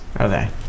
Okay